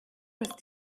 ist